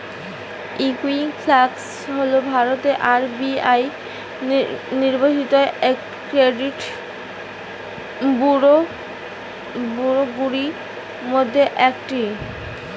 Equifax হল ভারতের RBI নিবন্ধিত ক্রেডিট ব্যুরোগুলির মধ্যে একটি